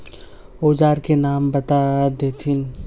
औजार के नाम बता देथिन?